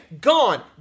gone